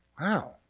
Wow